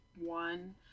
one